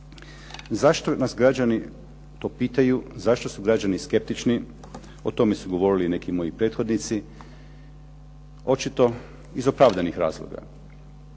Zašto nas građani to pitaju, zašto su građani skeptični o tome su govorili i neki moji prethodnici očito iz opravdanih razloga.